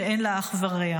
שאין לה אח ורע.